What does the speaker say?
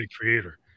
creator